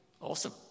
Awesome